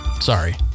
Sorry